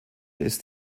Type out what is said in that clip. ist